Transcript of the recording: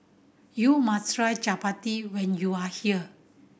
you must try chappati when you are here